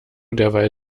derweil